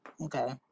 okay